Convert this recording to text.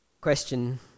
Question